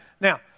Now